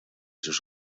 sus